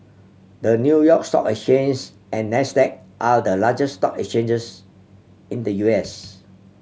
the New York Stock Exchange and Nasdaq are the largest stock exchanges in the U S